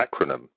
acronym